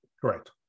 Correct